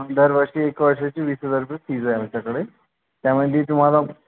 दरवर्षी एक वर्षाची वीस हजार रुपये फीज आहे आमच्याकडे त्यामध्ये तुम्हाला